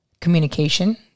communication